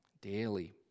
Daily